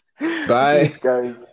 Bye